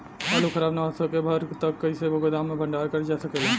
आलू खराब न हो सके साल भर तक कइसे गोदाम मे भण्डारण कर जा सकेला?